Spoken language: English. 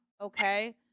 Okay